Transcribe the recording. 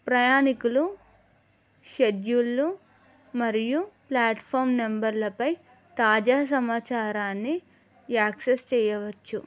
ప్రయాణికులు షెడ్యూళ్ళు మరియు ప్లాట్ఫామ్ నెంబర్లపై తాజా సమాచారాన్ని యాక్సెస్ చెయ్యవచ్చు